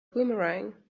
boomerang